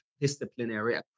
disciplinary